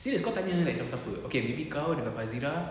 serious kau tanya like siapa siapa okay maybe kau dengan fazirah